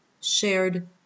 shared